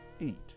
eat